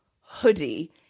hoodie